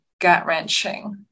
gut-wrenching